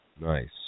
nice